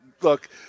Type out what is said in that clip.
look